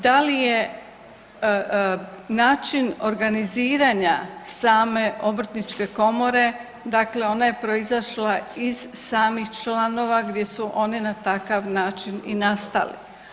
Da li je način organiziranja same obrtničke komore, dakle ona je proizašla iz samih članova gdje su oni na takav način i nastali.